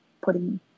putting